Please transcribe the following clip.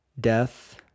death